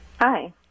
Hi